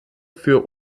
für